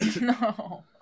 No